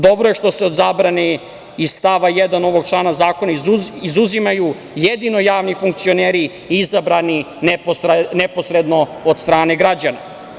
Dobro je što se o zabrani iz stava 1. ovog člana zakona izuzimaju jedino javni funkcioneri izabrani neposredno od strane građana.